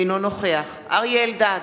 אינו נוכח אריה אלדד,